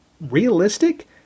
realistic